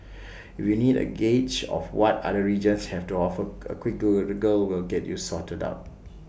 if you need A gauge of what other regions have to offer A quick Google will get you sorted out